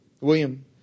William